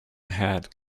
had